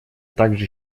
также